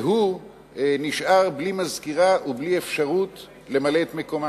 והוא נשאר בלי מזכירה ובלי אפשרות למלא את מקומה.